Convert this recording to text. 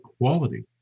quality